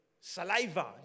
saliva